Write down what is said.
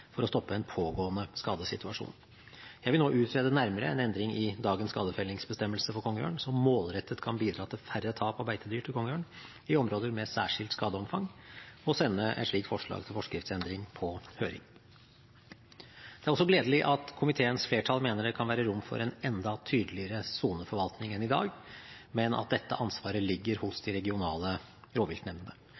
for å stoppe en pågående skadesituasjon. Jeg vil nå utrede nærmere en endring i dagens skadefellingsbestemmelse for kongeørn som målrettet kan bidra til færre tap av beitedyr til kongeørn i områder med særskilt skadeomfang, og sende et slikt forslag til forskriftsendring på høring. Det er også gledelig at komiteens flertall mener det kan være rom for en enda tydeligere soneforvaltning enn i dag, men at dette ansvaret ligger hos de regionale rovviltnemndene.